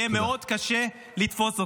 יהיה מאוד קשה לתפוס אתכם.